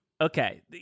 Okay